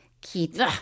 Keith